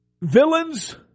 Villains